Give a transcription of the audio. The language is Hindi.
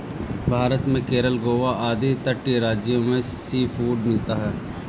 भारत में केरल गोवा आदि तटीय राज्यों में सीफूड मिलता है